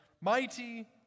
Mighty